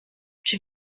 czy